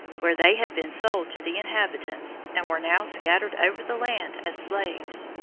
where they had been sold to the inhabitants, and were now scattered over the land as slaves.